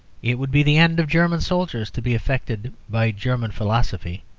it would be the end of german soldiers to be affected by german philosophy.